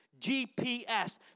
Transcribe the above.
GPS